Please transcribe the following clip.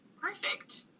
perfect